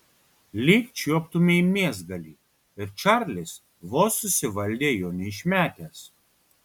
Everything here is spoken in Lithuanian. lyg čiuoptumei mėsgalį ir čarlis vos susivaldė jo neišmetęs